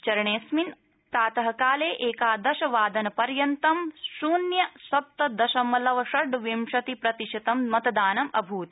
चरणेऽस्मिन् प्रात काले एकादशवादनपर्यन्तम् शून्य सप्त दशमलव षड्विंशति प्रतिशतम् मतदानम् अभूत्